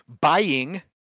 Buying